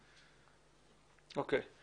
בסדר.